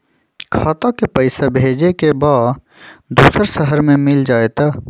खाता के पईसा भेजेए के बा दुसर शहर में मिल जाए त?